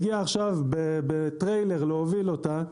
הגיע עכשיו טריילר להוביל אותה,